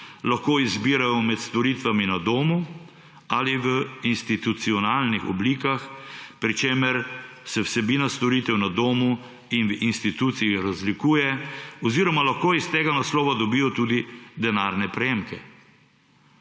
lahko izbirajo med storitvami na domu ali v institucionalnih oblikah, pri čemer se vsebina storitev na domu in v instituciji razlikuje oziroma lahko iz tega naslova dobijo tudi denarne prejemke.